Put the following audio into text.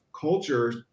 culture